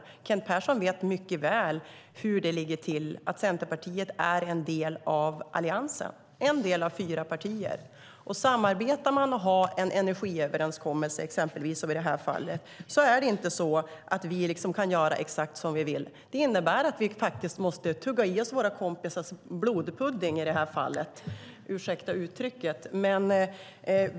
Kent Persson vet mycket väl hur det ligger till, att Centerpartiet är en del av Alliansen, ett av fyra partier. Om vi samarbetar och har en energiöverenskommelse, som i detta fall, kan vi inte göra exakt som vi vill. Det innebär att vi faktiskt måste tugga i oss våra kompisars blodpudding i det här fallet - ursäkta uttrycket.